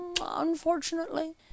unfortunately